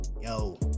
Yo